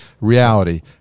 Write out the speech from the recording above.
Reality